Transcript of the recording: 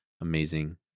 amazing